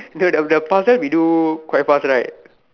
no the the past year we do quite fast right